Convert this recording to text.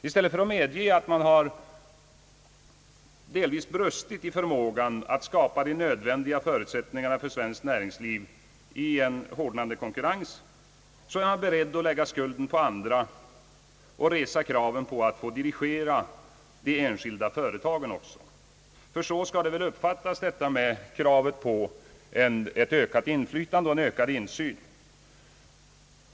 I stället för att medge att man har delvis brustit i förmågan att skapa de nödvändiga förutsättningarna för svenskt näringsliv i en hårdnande konkurrens, är man beredd att lägga skulden på andra och resa kraven på att få dirigera de enskilda företagen också. Så skall väl detta med kravet på ett ökat inflytande och en ökad insyn uppfattas?